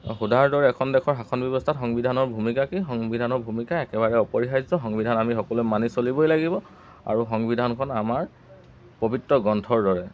সোধাৰ দৰে এখন দেশৰ শাসন ব্যৱস্থাত সংবিধানৰ ভূমিকা কি সংবিধানৰ ভূমিকা একেবাৰে অপৰিহাৰ্য সংবিধান আমি সকলোৱে মানি চলিবই লাগিব আৰু সংবিধানখন আমাৰ পৱিত্ৰ গ্ৰন্থৰ দৰে